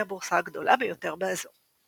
היא הבורסה הגדולה ביותר באזור.